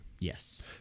Yes